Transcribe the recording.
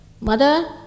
Mother